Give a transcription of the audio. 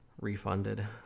refunded